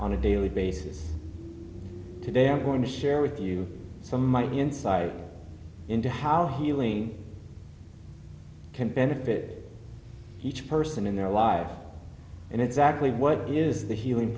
on a daily basis today i'm going to share with you some of my insight into how healing can benefit each person in their lives and exactly what is the healing